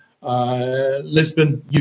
Lisbon